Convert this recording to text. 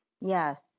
Yes